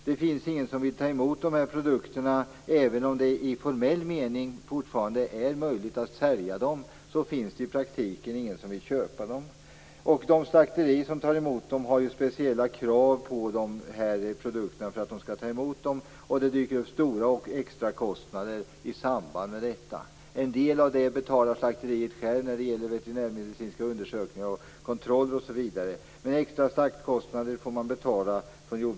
Det finns ingen som vill ta emot produkterna. Även om det i formell mening fortfarande är möjligt att sälja produkterna, finns det i praktiken ingen som vill köpa dem. De slakterier som tar emot dem måste uppfylla speciella krav, och det dyker upp stora extra kostnader i samband med detta. En del av kostnaderna betalar slakterierna själva, bl.a. veterinärmedicinska undersökningar och kontroller. Men extra slaktkostnader får jordbrukaren betala själv.